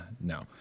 No